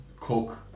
cook